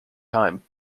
time